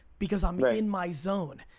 because i'm yeah in my zone.